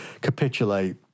capitulate